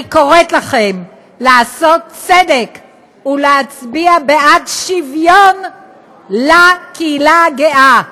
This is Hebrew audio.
אני קוראת לכם לעשות צדק ולהצביע שוויון לקהילה הגאה,